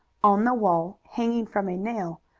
on the wall, hanging from a nail,